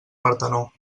partenó